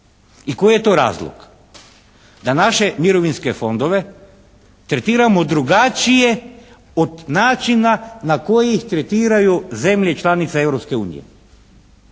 I koji je to razlog da naše mirovinske fondove tretiramo drugačije od načina na koji ih tretiraju zemlje članice